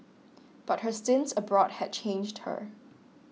but her stints abroad had changed her